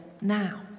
Now